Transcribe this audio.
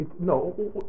No